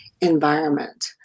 environment